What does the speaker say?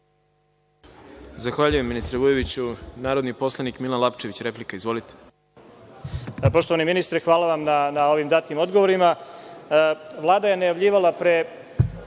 Zahvaljujem ministre Vujoviću. Narodni poslanik Milan Lapčević. Replika. Izvolite.